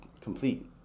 complete